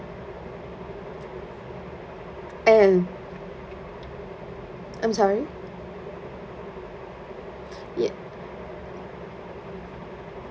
and I'm sorry yes